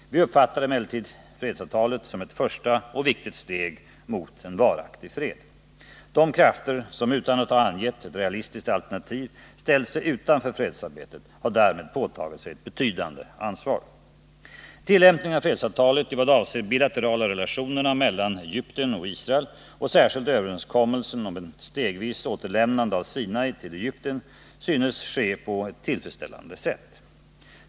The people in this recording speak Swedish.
Vi uppfattar emellertid fredsavtalet som ett första och viktigt steg mot en varaktig fred. De krafter som, utan att ha angett ett realistiskt alternativ, ställt sig utanför fredsarbetet har därmed påtagit sig ett betydande ansvar. Tillämpningen av fredsavtalet i vad avser de bilaterala relationerna mellan Egypten och Israel och särskilt överenskommelsen om ett stegvis återlämnande av Sinai till Egypten synes ske på ett tillfredsställande sätt.